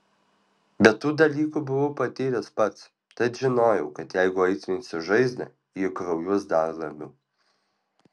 bet tų dalykų buvau patyręs pats tad žinojau kad jeigu aitrinsi žaizdą ji kraujuos dar labiau